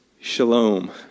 Shalom